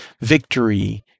victory